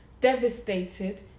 devastated